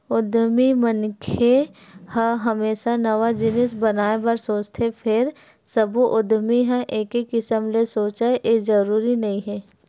उद्यमी मनखे ह हमेसा नवा जिनिस बनाए बर सोचथे फेर सब्बो उद्यमी ह एके किसम ले सोचय ए जरूरी नइ हे